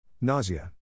Nausea